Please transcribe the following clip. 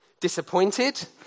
Disappointed